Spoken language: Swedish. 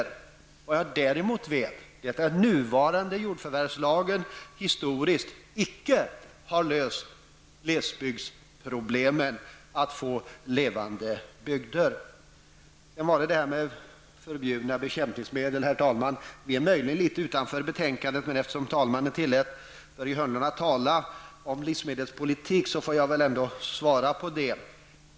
Men vad jag däremot vet är att nuvarande jordförvärvslagen historiskt icke har kunnat lösa glesbygdsproblemen, vi har inte fått levande bygder. Sedan till de förbjudna bekämpningsmedlen. Det är möjligen litet utanför betänkandet, men eftersom talmannen tillät Börje Hörnlund att tala om livsmedelspolitik får jag väl ändå bemöta honom.